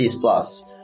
plus